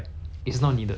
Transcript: cause